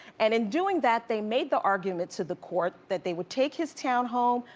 and in doing that, they made the argument to the court that they would take his town home,